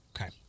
Okay